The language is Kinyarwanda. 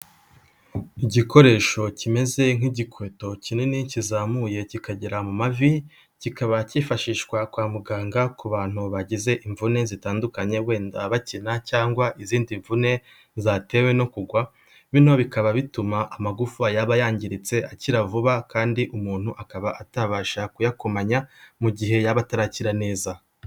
Igikoresho kimeze nk'igikweto kinini kizamuye kikagera mu mavi, kikaba cyifashishwa kwa muganga ku bantu bagize imvune zitandukanye, wenda bakina, cyangwa izindi mvune zatewe no kugwa, bino bikaba bituma amagufa yaba yangiritse akira vuba, kandi umuntu akaba atabasha kuyakomanya, mu gihe yaba atarakira neza.